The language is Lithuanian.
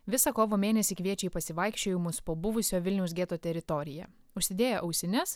visą kovo mėnesį kviečia į pasivaikščiojimus po buvusio vilniaus geto teritoriją užsidėję ausines